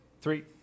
Three